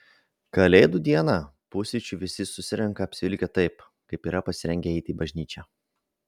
kalėdų dieną pusryčių visi susirenka apsivilkę taip kaip yra pasirengę eiti į bažnyčią